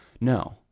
No